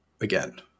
again